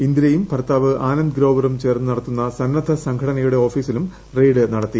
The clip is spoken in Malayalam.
ഇന്ദിരയും ഭർത്താവ് ആനന്ദ് ഗ്രോവറും ചേർന്ന് നടത്തുന്ന സ്ടന്നദ്ധ സംഘടനയുടെ ഓഫീസിലും റെയ്ഡ് നടത്തി